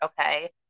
Okay